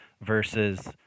versus